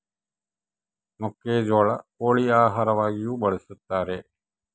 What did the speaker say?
ಮೆಕ್ಕೆಜೋಳ ಕೋಳಿ ಆಹಾರವಾಗಿಯೂ ಬಳಸತಾರ